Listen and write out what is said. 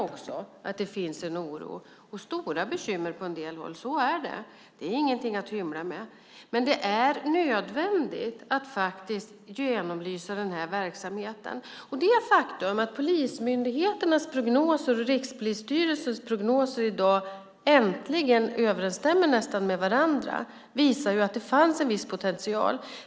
Jag hör att det finns en oro och stora bekymmer på en del håll. Så är det. Det är ingenting att hymla med. Det är nödvändigt att genomlysa verksamheten. Det faktum att polismyndigheternas prognos och Rikspolisstyrelsens prognos i dag äntligen nästan överensstämmer med varandra visar att det fanns en viss potential.